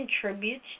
contributes